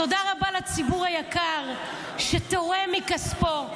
תודה רבה לציבור היקר שתורם מכספו.